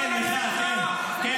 כן, מיכל, כן.